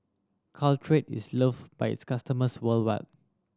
Caltrate is love by its customers worldwide